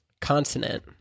consonant